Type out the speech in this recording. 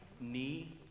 knee